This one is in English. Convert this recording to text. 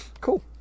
Cool